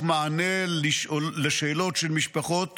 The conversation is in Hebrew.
תוך מענה על שאלות של משפחות